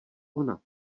ona